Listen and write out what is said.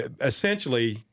essentially